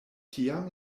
tiam